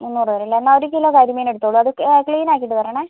എണ്ണൂറ് വരും അല്ലേ എന്നാൽ ഒരു കിലോ കരിമീൻ എടുത്തോ അത് ക്ലീൻ ആക്കിയിട്ട് തരണേ